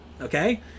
okay